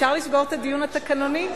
אפשר לסגור את הדיון התקנוני?